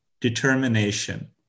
determination